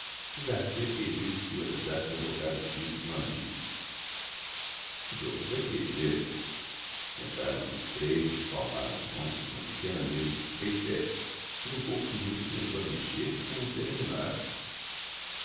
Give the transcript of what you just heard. o garcia pediu-lhes que o ajudassem a evocar o espírito de um amigo os outros aquiesceram sentaram-se os três e espalmaram as mãos sobre uma pequena mesa de três pés que em poucos minutos começou a mexer-se como um ser animado